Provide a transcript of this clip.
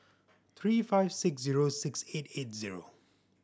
three five six zero six eight eight zero